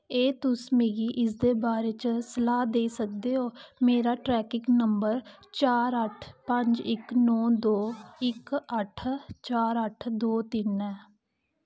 एह् तुस मिगी इसदे बारे च सलाह् देई सकदे ओ मेरा ट्रैकिंग नंबर चार अट्ठ पंज इक नौ दो इक अट्ठ चार अट्ठ दो तिन्न ऐ